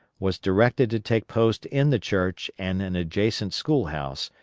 was directed to take post in the church and an adjacent school-house,